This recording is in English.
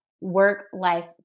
work-life